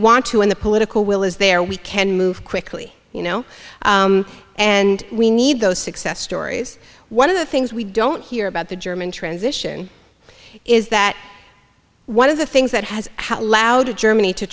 want to win the political will is there we can move quickly you know and we need those success stories one of the things we don't hear about the german transition is that one of the things that has how loud germany to